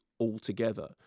altogether